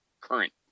current